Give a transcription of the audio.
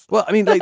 well, i mean, like